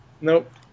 Nope